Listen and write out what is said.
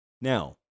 Now